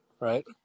Right